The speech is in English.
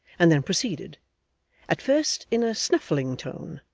and then proceeded at first in a snuffling tone,